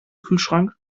kühlschrank